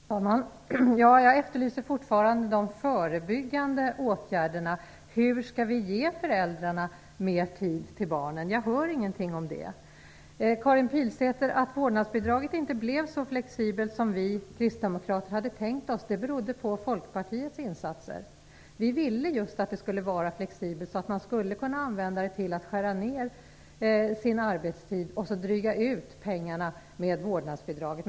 Herr talman! Jag efterlyser fortfarande de förebyggande åtgärderna. Hur skall vi ge föräldrarna mer tid till barnen? Jag hör ingenting om det. Att vårdnadsbidraget inte blev så flexibelt som vi kristdemokrater hade tänkt oss berodde, Karin Pilsäter, på Folkpartiets insatser. Vi ville att det skulle vara flexibelt så att man skulle kunna använda det till skära ned sin arbetstid och dryga ut pengarna med vårdnadsbidraget.